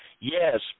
Yes